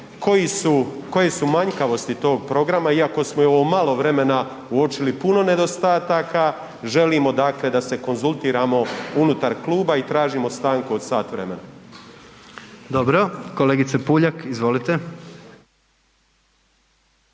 koje su manjkavosti tog programa iako smo i u ovo malo vremena uočili puno nedostataka, želimo dakle da se konzultiramo unutar kluba i tražimo stanku od sat vremena. **Jandroković, Gordan